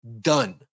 done